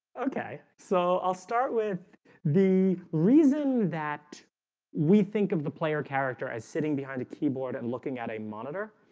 okay, so i'll start with the reason that we think of the player-character as sitting behind a keyboard and looking at a monitor.